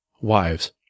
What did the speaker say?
wives